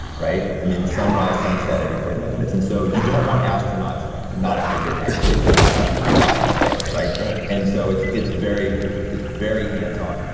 right? i mean, sunrise, sunset every forty five minutes. and so you don't want astronauts to not have a good night's sleep because that's how people day in space, right? right and so it's it's very, it's it's very hands on.